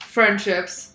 Friendships